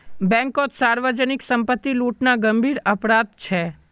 बैंककोत सार्वजनीक संपत्ति लूटना गंभीर अपराध छे